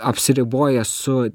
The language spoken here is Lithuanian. apsiriboja su